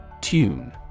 Tune